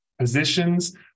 positions